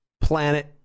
planet